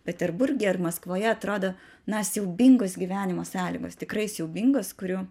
peterburge ir maskvoje atrodo na siaubingos gyvenimo sąlygos tikrai siaubingos kurių